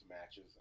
matches